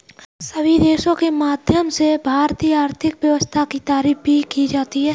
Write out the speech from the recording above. सभी देशों के माध्यम से भारतीय आर्थिक व्यवस्था की तारीफ भी की जाती है